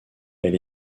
elle